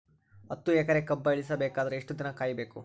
ಹತ್ತು ಎಕರೆ ಕಬ್ಬ ಇಳಿಸ ಬೇಕಾದರ ಎಷ್ಟು ದಿನ ಕಾಯಿ ಬೇಕು?